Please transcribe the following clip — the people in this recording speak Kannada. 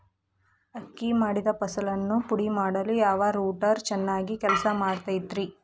ಅಕ್ಕಿ ಮಾಡಿದ ಫಸಲನ್ನು ಪುಡಿಮಾಡಲು ಯಾವ ರೂಟರ್ ಚೆನ್ನಾಗಿ ಕೆಲಸ ಮಾಡತೈತ್ರಿ?